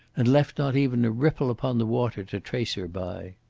and left not even a ripple upon the water to trace her by!